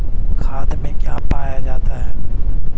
खाद में क्या पाया जाता है?